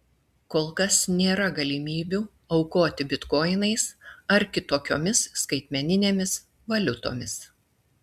kol kas nėra galimybių aukoti bitkoinais ar kitokiomis skaitmeninėmis valiutomis